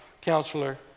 counselor